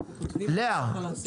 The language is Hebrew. לאה.